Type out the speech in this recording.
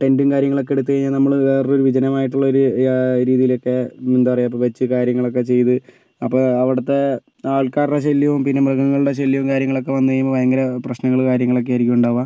ടെൻഡും കാര്യങ്ങളൊക്കെ എടുത്തു കഴിഞ്ഞാൽ നമ്മൾ വേറൊരു വിജനമായിട്ടുള്ളൊരു രീതിയിലൊക്കെ എന്താ പറയുക വച്ചു കാര്യങ്ങളൊക്കെ ചെയ്തു അപ്പം അവിടത്തെ ആൾക്കാരുടെ ശല്യവും പിന്നെ മൃഗങ്ങളുടെ ശല്യവും കാര്യങ്ങളും ഒക്കെ വന്നു കഴിയുമ്പോൾ ഭയങ്കര പ്രശ്നങ്ങളും കാര്യങ്ങളുമൊക്കെ ആയിരിക്കും ഉണ്ടാവുക